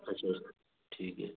अच्छा अच्छा ठीक है